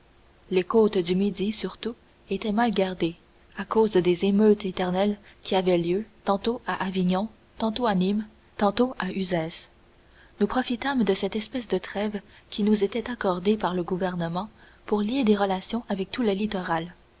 les côtes du midi surtout étaient mal gardées à cause des émeutes éternelles qui avaient lieu tantôt à avignon tantôt à nîmes tantôt à uzès nous profitâmes de cette espèce de trêve qui nous était accordée par le gouvernement pour lier des relations avec tout le littoral